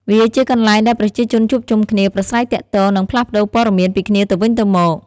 វាជាកន្លែងដែលប្រជាជនជួបជុំគ្នា ប្រាស្រ័យទាក់ទង និងផ្លាស់ប្តូរព័ត៌មានពីគ្នាទៅវិញទៅមក។